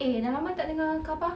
eh dah lama tak dengar khabar